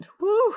Woo